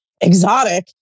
exotic